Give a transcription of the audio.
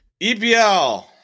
EPL